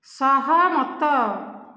ସହମତ